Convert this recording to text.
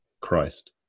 Christ